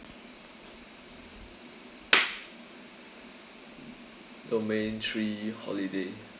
domain three holiday